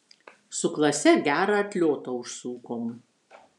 su klase gerą atliotą užsukom